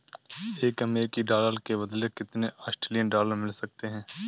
एक अमेरिकी डॉलर के बदले कितने ऑस्ट्रेलियाई डॉलर मिल सकते हैं?